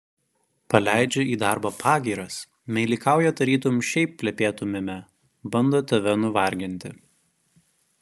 paleidžia į darbą pagyras meilikauja tarytum šiaip plepėtumėme bando tave nuvarginti